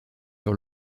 sur